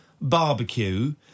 barbecue